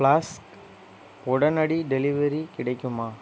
flask உடனடி delivery கிடைக்குமா